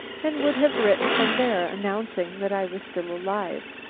and would have written from there, announcing that i was still alive.